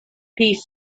piece